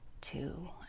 two